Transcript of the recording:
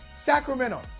Sacramento